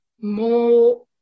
more